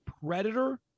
predator